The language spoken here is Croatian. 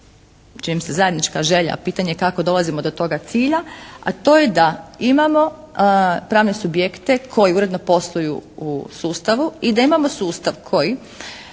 mi se zajednička želja pitanje kako dolazimo do toga cilja, a to je da imamo pravne subjekte koji uredno posluju u sustavu i da imamo sustav koji